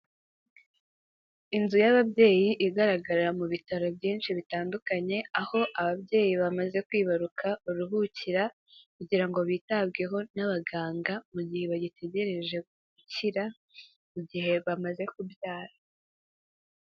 Inzu y'ababyeyi igaragararira mu bitaro byinshi bitandukanye, aho ababyeyi bamaze kwibaruka baruhukira, kugira ngo bitabweho n'abaganga, mu gihe bagitegereje gukira, mu gihe bamaze kubyara.